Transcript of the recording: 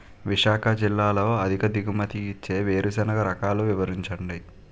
విశాఖ జిల్లాలో అధిక దిగుమతి ఇచ్చే వేరుసెనగ రకాలు వివరించండి?